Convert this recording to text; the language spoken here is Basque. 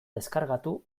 deskargatu